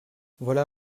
voilà